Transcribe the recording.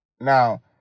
Now